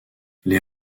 les